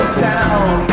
town